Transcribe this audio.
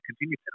continue